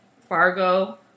Fargo